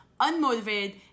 unmotivated